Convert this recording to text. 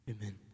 Amen